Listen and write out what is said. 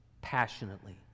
passionately